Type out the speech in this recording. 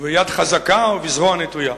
וביד חזקה ובזרוע נטויה.